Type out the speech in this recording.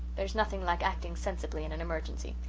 there is nothing like acting sensibly in an emergency.